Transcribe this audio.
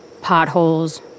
Potholes